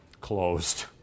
closed